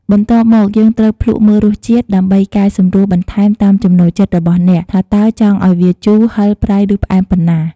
បន្ទាប់មក យើងត្រូវភ្លក្សមើលរសជាតិ ដើម្បីកែសម្រួលបន្ថែមតាមចំណូលចិត្តរបស់អ្នក ថាតើចង់ឲ្យវាជូរ ហឹរ ប្រៃ ឬផ្អែមប៉ុណ្ណា។